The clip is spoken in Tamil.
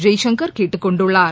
ஜெய்சங்கர் கேட்டுக் கொண்டுள்ளார்